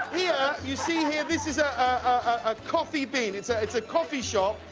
yeah you see here, this is ah ah a coffee bean. it's ah it's a coffee shop.